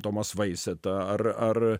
tomas vaiseta ar ar